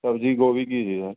सब्जी गोभी की थी सर